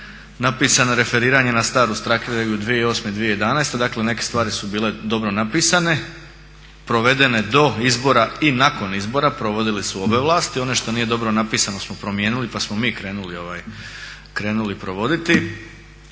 napisano referiranje na staru strategiju 2008.-2011., dakle neke stvari su bile dobro napisane, provedene do izbora i nakon izbora provodili su obe vlasti. ono što nije dobro napisano smo promijenili pa smo krenuli provoditi.